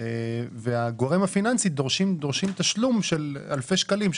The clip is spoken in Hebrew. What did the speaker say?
הגורם הפיננסי דורש תשלום של אלפי שקלים,